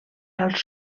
als